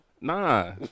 Nah